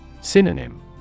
Synonym